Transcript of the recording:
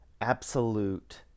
Absolute